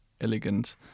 elegant